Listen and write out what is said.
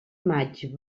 maig